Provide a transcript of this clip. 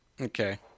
Okay